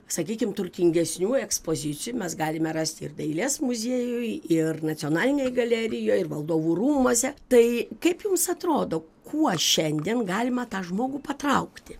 sakykim turtingesnių ekspozicijų mes galime rasti ir dailės muziejuj ir nacionalinėj galerijoj ir valdovų rūmuose tai kaip jums atrodo kuo šiandien galima tą žmogų patraukti